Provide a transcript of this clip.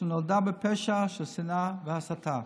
שנולדה בפשע של שנאה והסתה.